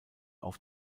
auf